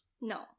No